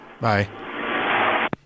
Bye